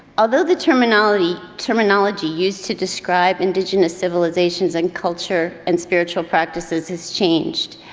although the terminology terminology used to describe indigenous civilizations and culture and spiritual practices has changed,